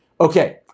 Okay